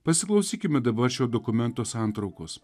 pasiklausykime dabar šio dokumento santraukos